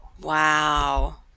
wow